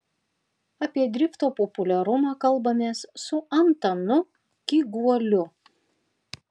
apie drifto populiarumą kalbamės su antanu kyguoliu